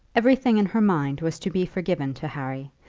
everything in her mind was to be forgiven to harry,